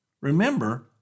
remember